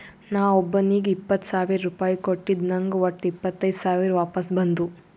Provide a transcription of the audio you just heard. ನಾ ಒಬ್ಬೋನಿಗ್ ಇಪ್ಪತ್ ಸಾವಿರ ರುಪಾಯಿ ಕೊಟ್ಟಿದ ನಂಗ್ ವಟ್ಟ ಇಪ್ಪತೈದ್ ಸಾವಿರ ವಾಪಸ್ ಬಂದು